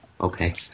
okay